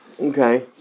Okay